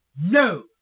No